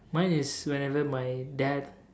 mine is whenever my dad